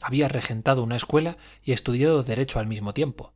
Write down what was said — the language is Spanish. había regentado una escuela y estudiado derecho al mismo tiempo